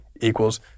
equals